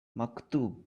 maktub